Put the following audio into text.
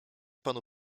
panu